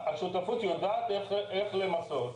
השותפות יודעת איך למסות,